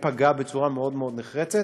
ייפגע בצורה מאוד מאוד נחרצת,